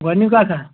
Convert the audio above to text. گۄڈٕنیُک اکھ ہا